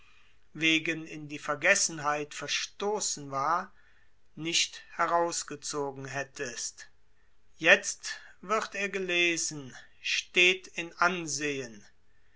wegen in die vergessenheit verstoßen war nicht herausgezogen hättest wird er gelesen steht in ansehen